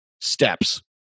steps